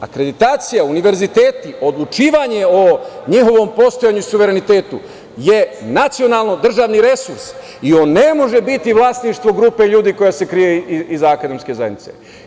Akreditacija, univerziteti, odlučivanje o njihovom postojanju i suverenitetu je nacionalno državni resurs i on ne može biti vlasništvo grupe ljudi koja se krije iza akademske zajednice.